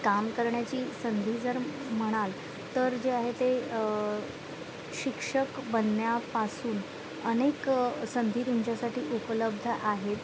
काम करण्याची संधी जर म्हणाल तर जे आहे ते शिक्षक बनण्यापासून अनेक संधी तुमच्यासाठी उपलब्ध आहे